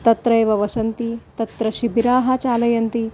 तत्रैव वसन्ति तत्र शिबिराः चालयन्ति